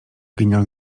genial